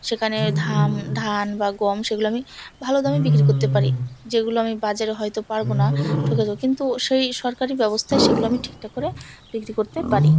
সেখানে ধাম ধান বা গম সেগুলো আমি ভালো দামে বিক্রি করতে পারি যেগুলো আমি বাজারে হয়তো পারব না ঠকে যাব কিন্তু সেই সরকারি ব্যবস্থায় সেগুলো আমি ঠিকঠাক করে বিক্রি করতে পারি